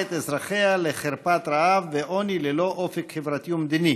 את אזרחיה לחרפת רעב ועוני ללא אופק חברתי ומדיני